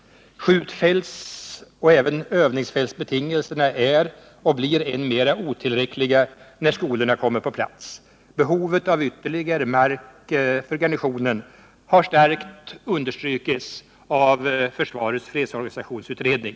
Skjutfältsoch även övningsfältsbetingelserna är otillräckliga och blir det än mer när skolorna kommer på plats. Behovet av ytterligare mark för garnisonen har starkt understrukits av försvarets fredsorganisationsutredning.